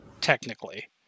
technically